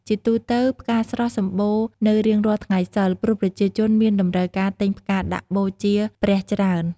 ជាទូទៅ ផ្កាស្រស់សម្បូរនៅរៀងរាល់ថ្ងៃសីល ព្រោះប្រជាជនមានតម្រូវការទិញផ្កាដាក់បូជាព្រះច្រើន។